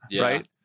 right